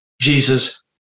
Jesus